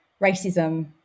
racism